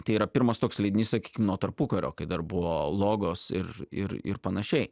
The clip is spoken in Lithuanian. tai yra pirmas toks leidinys sakykim nuo tarpukario kai dar buvo logos ir ir ir panašiai